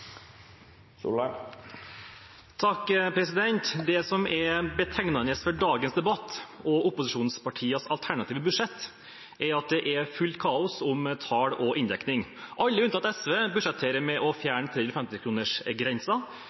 dagens debatt og opposisjonspartienes alternative budsjetter, er at det er fullt kaos om tall og inndekning. Alle, unntatt SV, budsjetterer med å fjerne